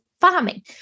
farming